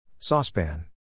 Saucepan